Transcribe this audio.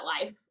life